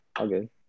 okay